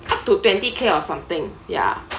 up to twenty K or something ya